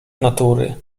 natury